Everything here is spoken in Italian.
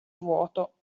vuoto